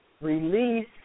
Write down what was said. release